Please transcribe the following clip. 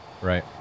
Right